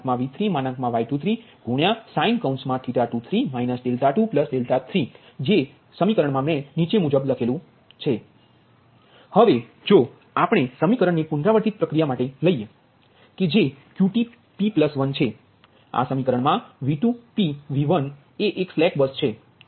Q2 V2V1Y21sin 21 21 V22Y22sin 22 V2V3Y23sin 23 23 હવે જો આપણે સમીકરણ ને પુનરાવર્તિત પ્રક્રિયા માટે જોઈશુ કે જે Q2p1 છે આ સમીકરણ મા V2pV1 એ એક સ્લેક બસ છે